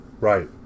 right